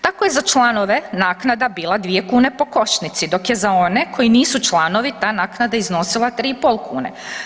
Tako je za članove naknada bila 2 kn po košnici dok je za one koji nisu članovi, ta naknada iznosila 3,5 kn.